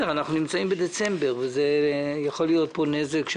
אנחנו נמצאים בדצמבר ויכול להיגרם פה נזק.